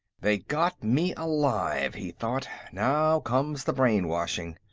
they got me alive, he thought now comes the brainwashing!